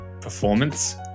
performance